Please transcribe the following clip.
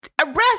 Arrest